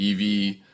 EV